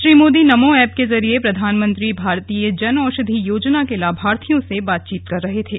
Shri Modi NaMo app के जरिये प्रधानमंत्री भारतीय जन औषधि योजना के लाभार्थियों से बातचीत कर रहे थे